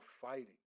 fighting